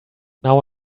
now